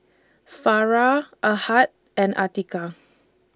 Farah Ahad and Atiqah